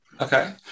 Okay